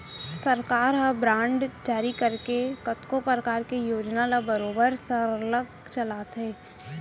सरकार ह बांड जारी करके कतको परकार के योजना ल बरोबर सरलग चलाथे